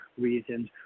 reasons